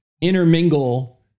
intermingle